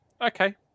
Okay